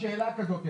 השאלה כזאת.